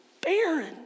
barren